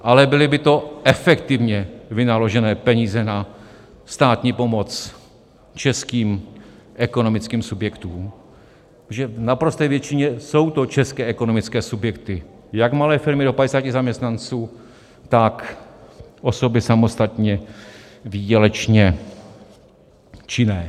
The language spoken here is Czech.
Ale byly by to efektivně vynaložené peníze na státní pomoc českým ekonomickým subjektům, protože v naprosté většině jsou to české ekonomické subjekty jak malé firmy do padesáti zaměstnanců, tak osoby samostatně výdělečně činné.